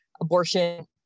abortion